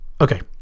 Okay